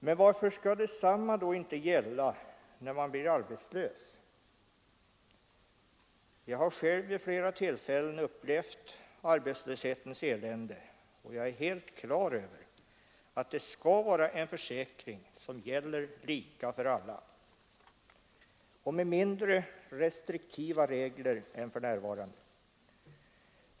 Men varför skall detsamma då inte gälla när man blir arbetslös? Jag har själv vid flera tillfällen upplevt arbetslöshetens elände, och jag är helt klar över att det skall vara en försäkring som gäller lika för alla och med mindre restriktiva regler än för närvarande.